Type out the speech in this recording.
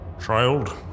Child